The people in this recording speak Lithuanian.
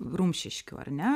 rumšiškių ar ne